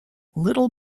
little